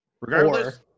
regardless